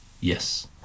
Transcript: Yes